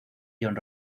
john